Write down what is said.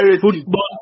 football